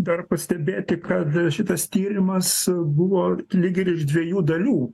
dar pastebėti kad šitas tyrimas buvo lyg ir iš dviejų dalių